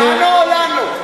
זה לתמנו או לנו?